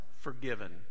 forgiven